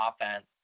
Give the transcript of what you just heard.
offense